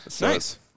Nice